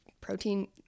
protein